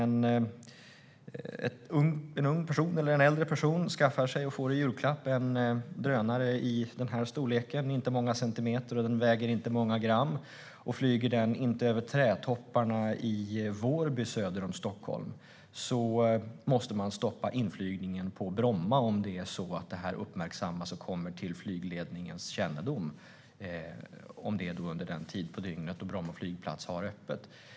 Om en ung eller äldre person skaffar sig eller får i julklapp en drönare i liten storlek - inte många centimeter och inte många gram - och flyger den över trädtopparna i Vårby söder om Stockholm, då måste man stoppa inflygningen på Bromma om detta uppmärksammas och kommer till flygledningens kännedom, om det är under den tid på dygnet då Bromma flygplats har öppet.